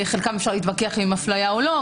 חלקם אפשר להתווכח אם אפליה או לא.